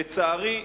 לצערי,